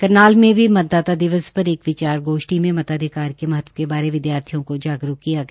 करनाल में भी मतदाता दिवस पर एक विचार गोष्ठी में मताधिकार में महत्व के बारे विदयार्थी को जागरूक किया गया